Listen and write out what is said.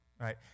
right